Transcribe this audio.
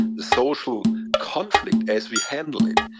the social conflict as we handle it,